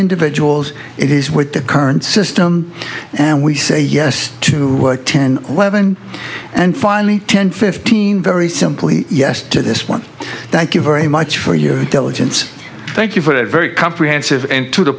individuals it is with the current system and we say yes to work ten eleven and finally ten fifteen very simply yes to this one thank you very much for your diligence thank you for that very comprehensive and to the